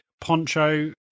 poncho